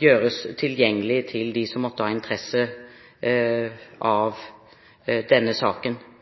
gjøres tilgjengelig for dem som måtte ha interesse av saken.